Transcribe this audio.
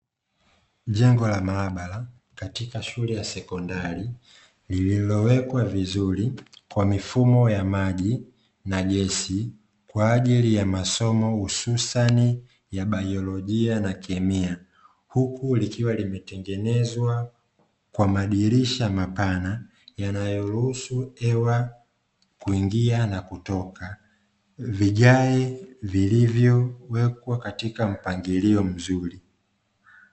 Jengo la maabara katika shule ya sekondari, lililowekwa vizuri kwa mifumo ya maji na gesi kwa ajili ya masomo hususani ya bailojia na kemia, huku likiwa limetengenezwa kwa madirisha mapana yanayoruhusu hewa kuingia na kutoka, vigae vilivyowekwa katika mpangilio mzuri.